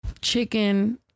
chicken